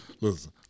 Listen